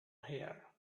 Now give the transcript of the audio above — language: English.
here